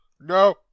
No